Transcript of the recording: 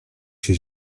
się